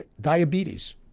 diabetes